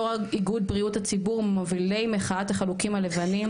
יו"ר איגוד בריאות הציבור וממובילי מחאת החלוקים הלבנים,